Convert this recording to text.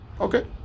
okay